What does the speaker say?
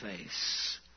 face